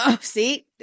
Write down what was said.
See